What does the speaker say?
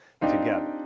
together